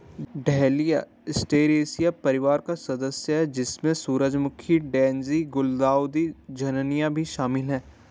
dahlia Asteraceae परिवार का सदस्य है, जिसमें सूरजमुखी, डेज़ी, गुलदाउदी, झिननिया भी शामिल है